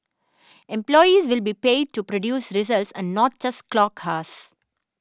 employees will be paid to produce results and not just clock hours